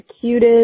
cutest